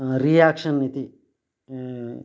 reaction इति